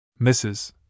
Mrs